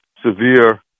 severe